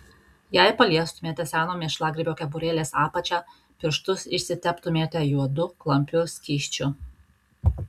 jei paliestumėte seno mėšlagrybio kepurėlės apačią pirštus išsiteptumėte juodu klampiu skysčiu